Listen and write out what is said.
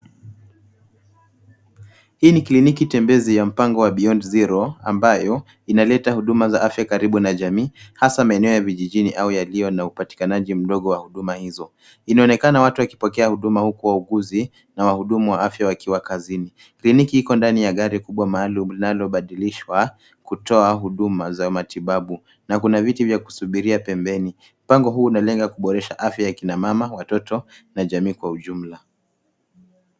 Hiini kliniki tembezi ya mpango wa Beyond Zero ambayo inaleta huduma za afya karibu na jamii, hasaa maeneo ya kijijini au yalio na upatikanaji mdogo wa huduma hizo. Inaonekana watu wakipokea huduma hii kwa wauguzi na wahudumu wa afya wakiwa kazini. Kliniko liko kwa gari kubwa maalum linalobadolishwa kutoa matibabuna kuna viti vya kusubiria pembeni. Mpango huu unalenga kuboresha afya ya kina mama, watoto na jamii kwa ujumla.